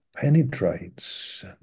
Penetrates